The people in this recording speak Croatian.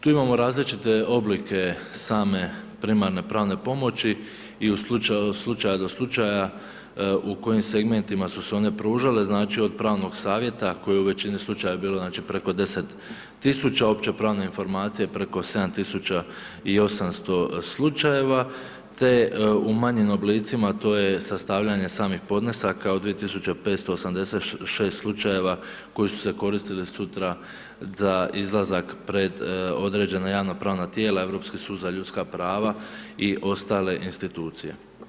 Tu imamo različite oblike same primarne pravne pomoći i od slučaja do slučaja u kojim segmentima su se one pružale, znači od pravnog savjeta koji u većini slučajeva je bilo znači preko 10 000, opće pravne informacije preko 7800 slučajeva te u manjim oblicima, to je sastavljanje samih podnesaka od 2586 slučajeva koji su se koristili sutra za izlazak pred određena javno-pravna tijela, Europski sud za ljudska prava i ostale institucije.